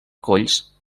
colls